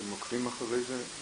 מה